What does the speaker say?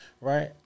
right